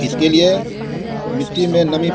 इसके लिए मिट्टी में नमी